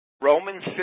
Romans